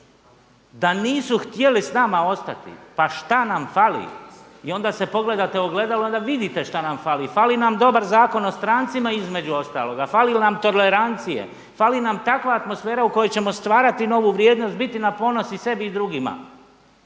da nisu htjeli s nama ostati. Pa šta nam fali? I onda se pogledate u ogledalo i onda vidite šta nam fali, fali nam dobar Zakon o strancima između ostaloga, fali nam tolerancije, fali nam takva atmosfera u kojoj ćemo stvarati novu vrijednost, biti na ponos i sebi i drugim.